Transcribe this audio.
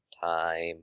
time